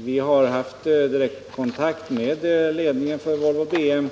Vi har haft direktkontakt med ledningen för Volvo BM.